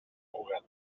cugat